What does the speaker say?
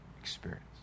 experience